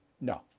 No